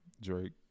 Drake